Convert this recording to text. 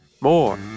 more